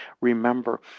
Remember